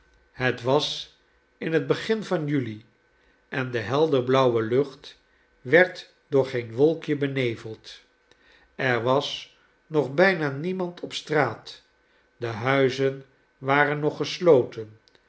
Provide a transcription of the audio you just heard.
het was in het begin van juli en de helderblauwe lucht werd door geen wolkje beneveld er was nog bijna niemand op straat de huizen waren nog gesloten